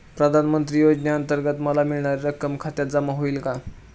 प्रधानमंत्री योजनेअंतर्गत मला मिळणारी रक्कम खात्यात जमा होईल का?